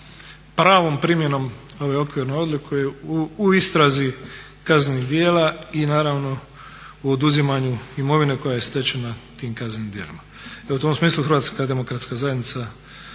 pravom primjene ove okvirne odluke u istrazi kaznenih djela i naravno u oduzimanju imovine koja je stečena tim kaznenim djelima.